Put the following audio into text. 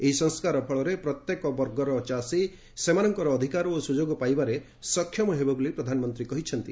ଏହି ସଂସ୍କାର ଫଳରେ ପ୍ରତ୍ୟେକ ବର୍ଗର ଚାଷୀ ସେମାନଙ୍କର ଅଧିକାର ଓ ସୁଯୋଗ ପାଇବାରେ ସକ୍ଷମ ହେବେ ବୋଲି ପ୍ରଧାନମନ୍ତ୍ରୀ କହିଛନ୍ତି